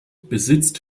besitzt